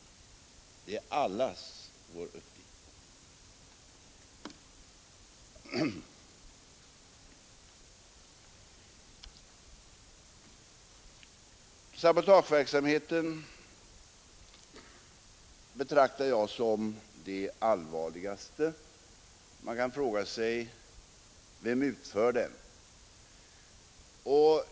Det är allas vår uppgift. Sabotageverksamheten betraktar jag som det allvarligaste. Man kan fråga sig vem som bedriv den.